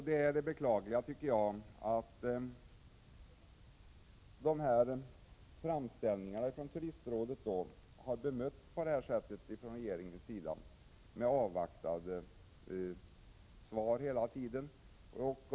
Det är beklagligt att regeringen hela tiden bemött framställningarna från turistrådet med avvaktande besked.